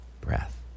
Breath